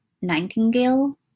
Nightingale